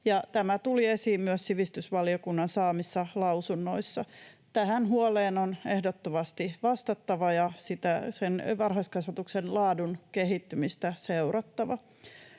tämä tuli esiin myös sivistysvaliokunnan saamissa lausunnoissa. Tähän huoleen on ehdottomasti vastattava ja varhaiskasvatuksen laadun kehittymistä seurattava.